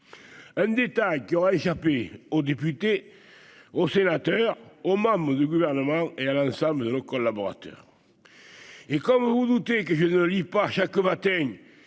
un détail qui aura échappé aux députés, aux sénateurs, aux membres du gouvernement et à l'ensemble de nos collaborateurs et comme redouté que je ne lis pas chaque matin